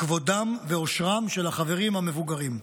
כבודם ואושרם של החברים המבוגרים.